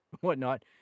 whatnot